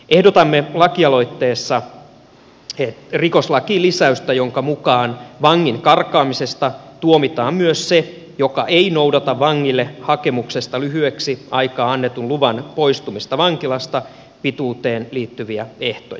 ehdotamme lakialoitteessa rikoslakiin lisäystä jonka mukaan vangin karkaamisesta tuomitaan myös se joka ei noudata vangille hakemuksesta lyhyeksi aikaa annetun luvan poistua vankilasta pituuteen liittyviä ehtoja